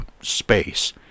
space